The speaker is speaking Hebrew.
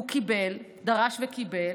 הוא קיבל, דרש וקיבל,